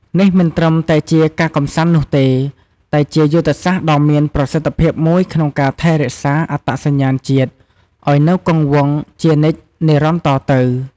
នេះមិនត្រឹមតែជាការកម្សាន្តនោះទេ តែជាយុទ្ធសាស្ត្រដ៏មានប្រសិទ្ធភាពមួយក្នុងការថែរក្សាអត្តសញ្ញាណជាតិឲ្យនៅគង់វង្សជានិច្ចនិរន្តរ៍តទៅ។